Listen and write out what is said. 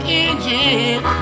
engine